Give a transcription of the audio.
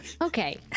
Okay